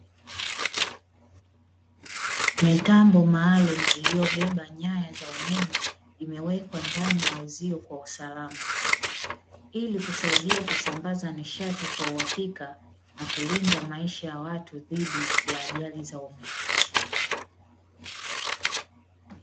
Mitambo maalumu iliyobeba nyaya za umeme, imewekwa ndani ya uzio kwa usalama, ili kusaidia kusambaza nishati kwa uhakika, na kulinda maisha ya watu dhidi ya ajali za umeme.